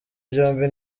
byombi